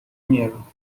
میارم